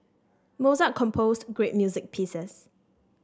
Mozart composed great music pieces